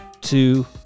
two